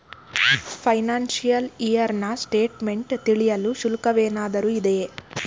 Financial year ನ statement ತಿಳಿಯಲು ಶುಲ್ಕವೇನಾದರೂ ಇದೆಯೇ?